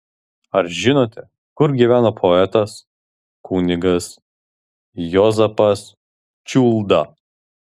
ar žinote kur gyveno poetas kunigas juozapas čiulda